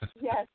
Yes